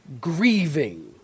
grieving